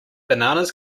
bananas